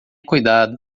cuidado